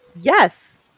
yes